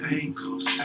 ankle's